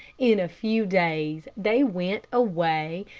in a few days they went away,